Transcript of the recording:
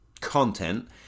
content